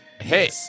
Hey